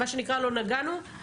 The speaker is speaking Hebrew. מה שנקרא לא נגענו,